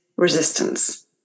resistance